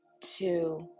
two